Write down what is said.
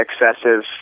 excessive